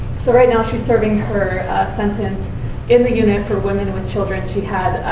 so right now, she's serving her sentence in the unit for women with children she had,